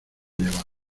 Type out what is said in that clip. llevar